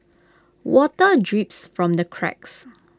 water drips from the cracks